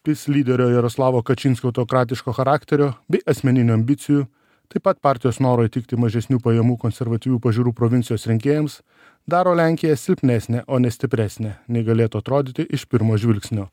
pis lyderio jaroslavo kačinskio autokratiško charakterio bei asmeninių ambicijų taip pat partijos noro įtikti mažesnių pajamų konservatyvių pažiūrų provincijos rinkėjams daro lenkija silpnesnę o ne stipresnę nei galėtų atrodyti iš pirmo žvilgsnio